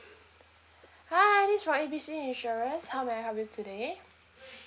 hi this is from A B C insurance how may I help you today